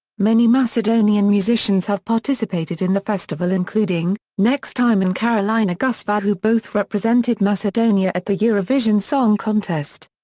many macedonian musicians have participated in the festival including next time and karolina goceva who both represented macedonia at the eurovision song contest.